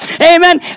amen